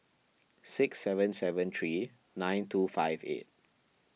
six seven seven three nine two five eight